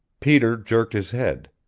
peter jerked his head.